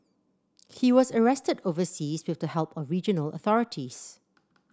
he was arrested overseas with the help of regional authorities